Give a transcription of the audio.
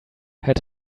had